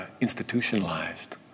institutionalized